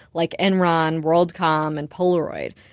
like enron, worldcom and polaroid.